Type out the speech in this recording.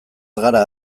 gara